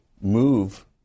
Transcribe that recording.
move